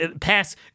pass